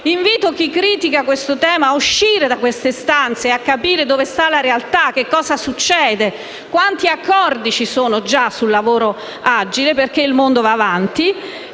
Invito chi critica tale tema a uscire da queste stanze e capire dove sta la realtà, cosa succede, quanti accordi ci sono già sul lavoro agile, perché il mondo va avanti.